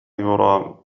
يرام